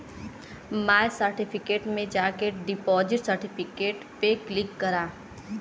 माय certificate में जाके deposit certificate पे क्लिक करा